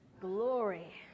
glory